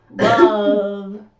love